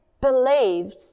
believed